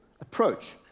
approach